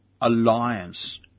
alliance